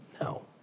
No